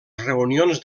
reunions